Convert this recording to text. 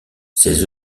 ses